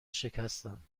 شکستم